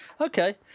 Okay